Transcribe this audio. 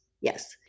Yes